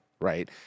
right